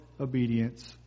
obedience